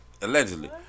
allegedly